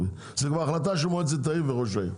זה כבר החלטה של מועצת העיר וראש שהעיר,